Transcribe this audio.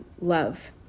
love